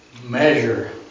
measure